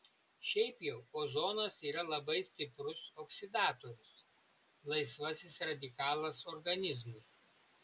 šiaip jau ozonas yra labai stiprus oksidatorius laisvasis radikalas organizmui